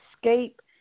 escape